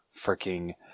freaking